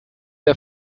der